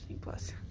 Plus